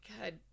God